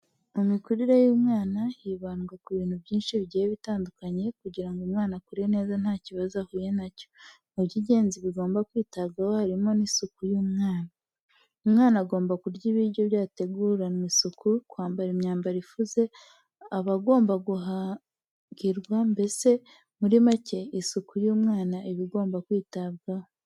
Mu mikurire y'umwana hibandwa ku bintu byinshi bigiye bitandukanye kugira ngo umwana akure neza nta kibazo ahuye na cyo, mu by'ingenzi bigomba kwitabwaho harimo n'isuku y'umwana. Umwana agomba kurya ibiryo byateguranwe isuku, kwambara imyambaro ifuze, aba agomba kuhagirwa mbese muri make isuku y'umwana iba igomba kwitabwaho.